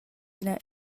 ina